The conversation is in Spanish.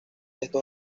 estos